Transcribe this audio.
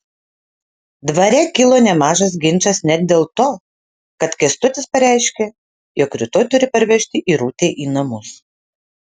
dvare kilo nemažas ginčas net dėl to kad kęstutis pareiškė jog rytoj turi parvežti irutę į namus